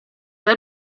del